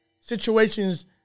situations